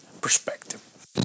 perspective